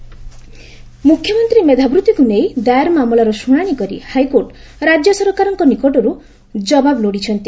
ମେଧାବୃତ୍ତି ମୁଖ୍ୟମନ୍ତୀ ମେଧାବୃତ୍ତିକୁ ନେଇ ଦାୟର ମାମଲାର ଶୁଶାଶି କରି ହାଇକୋର୍ଟ ରାକ୍ୟ ସରକାରଙ୍କ ନିକଟରୁ ଜବାବ ଲୋଡ଼ିଛନ୍ତି